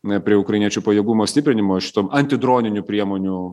a prie ukrainiečių pajėgumo stiprinimo šitom antidroninių priemonių